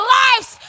lives